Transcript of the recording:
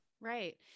Right